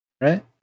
Right